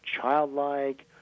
childlike